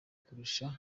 kurusha